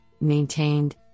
maintained